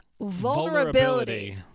Vulnerability